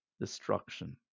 destruction